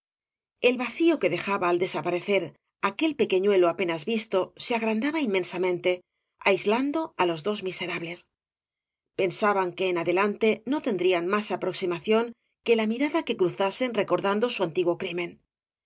el vacío que dejaba al desaparecer aquel pequeñuelo apenas visto se agrandaba inmensamente aislando á los dos miserables pensaban que en adelante no tendrían más aproximacióo que la mirada que razasen recordando su antiguo crimen